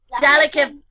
Delicate